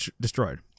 destroyed